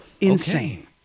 Insane